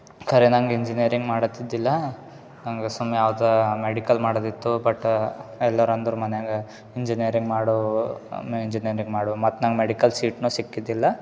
ಖರೆ ನಂಗೆ ಇಂಜಿನಿಯರಿಂಗ್ ಮಾಡತಿದ್ದಿಲ್ಲ ಹಂಗೆ ಸುಮ್ ಯಾವ್ದು ಮೆಡಿಕಲ್ ಮಾಡೋದಿತ್ತು ಬಟ್ ಎಲ್ಲರು ಅಂದರು ಮನೆಯಾಗ ಇಂಜಿನಿಯರಿಂಗ್ ಮಾಡು ಇಂಜಿನಿಯರಿಂಗ್ ಮಾಡು ಮತ್ತು ನಂಗೆ ಮೆಡಿಕಲ್ ಸೀಟ್ನು ಸಿಕ್ಕಿದಿಲ್ಲ